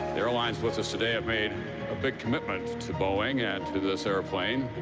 airlines with us today have made a big commitment to boeing and to this airplane.